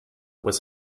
was